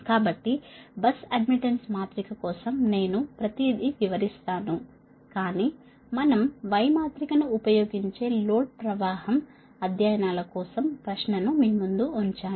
కాబట్టి bus admittance మాత్రిక కోసం నేను ప్రతిదీ వివరిస్తాను కాని మనం y మాత్రికను ఉపయోగించే లోడ్ ప్రవాహం అధ్యయనాల కోసం ప్రశ్నను మీ ముందు ఉంచాను